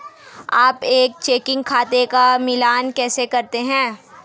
आप एक चेकिंग खाते का मिलान कैसे करते हैं?